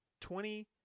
twenty